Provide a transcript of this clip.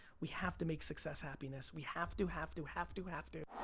we have to make success happiness. we have to, have to, have to, have to.